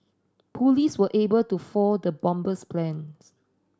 police were able to foil the bomber's plans